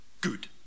good